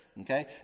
okay